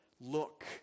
look